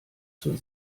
zur